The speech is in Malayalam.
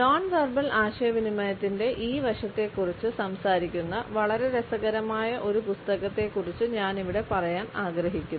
നോൺ വെർബൽ ആശയവിനിമയത്തിന്റെ ഈ വശത്തെക്കുറിച്ച് സംസാരിക്കുന്ന വളരെ രസകരമായ ഒരു പുസ്തകത്തെക്കുറിച്ച് ഞാൻ ഇവിടെ പറയാൻ ആഗ്രഹിക്കുന്നു